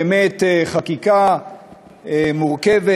באמת חקיקה מורכבת,